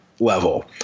level